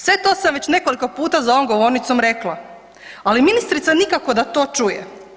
Sve to sam već nekoliko puta za ovom govornicom rekla, ali ministrica nikako da to čuje.